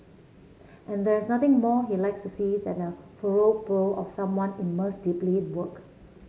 and there is nothing more he likes to see than the furrowed brow of someone immersed deeply in work